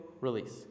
release